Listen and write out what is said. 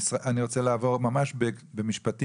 אני רוצה לעבור ממש במשפטים,